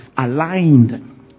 aligned